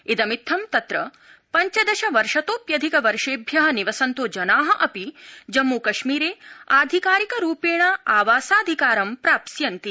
इदमित्थम् तत्र पञ्चदश वर्षतोप्यधिक वर्षेभ्य निवसन्तो जना अपि जम्मूकश्मीरे आधिकारिकरुपेण आवासाधिकारं प्राप्स्यन्ति